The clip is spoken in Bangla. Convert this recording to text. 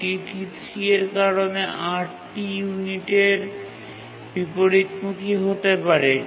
এটি T3 এর কারণে ৮ টি ইউনিটের বিপরীতমুখী হতে পারে